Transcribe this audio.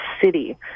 city